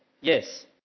Yes